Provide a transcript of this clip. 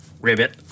ribbit